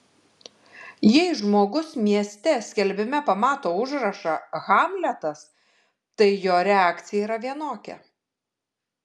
jei žmogus mieste skelbime pamato užrašą hamletas tai jo reakcija yra vienokia